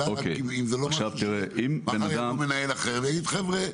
אבל מחר יבוא מנהל אחר ויגיד, חבר'ה,